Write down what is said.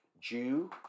Jew